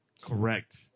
Correct